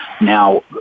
Now